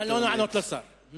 נא לא לענות לשר.